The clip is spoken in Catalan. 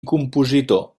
compositor